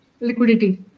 liquidity